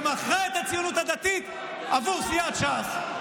שמכרה את הציונות הדתית עבור סיעת ש"ס.